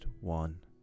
one